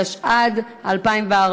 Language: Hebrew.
התשע"ד 2014,